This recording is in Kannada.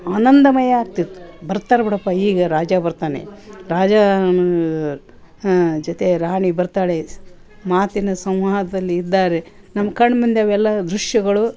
ಆನಂದಮಯ ಆಗ್ತಿತ್ತು ಬರ್ತಾರೆ ಬಿಡಪ್ಪ ಈಗ ರಾಜ ಬರ್ತಾನೆ ರಾಜ ಜೊತೆ ರಾಣಿ ಬರ್ತಾಳೆ ಮಾತಿನ ಸಂವಾದದಲ್ಲಿ ಇದ್ದಾರೆ ನಮ್ಮ ಕಣ್ಣಮುಂದೆ ಅವೆಲ್ಲ ದೃಶ್ಯಗಳು